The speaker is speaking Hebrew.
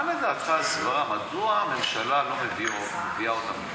מה לדעתך הסברה, מדוע הממשלה לא מביאה אותם?